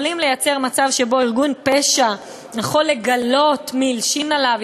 יכולים ליצור מצב שארגון פשע יכול לגלות מי הלשין עליו,